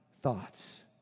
thoughts